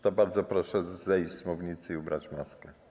To bardzo proszę zejść z mównicy i włożyć maskę.